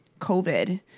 COVID